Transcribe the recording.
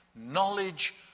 Knowledge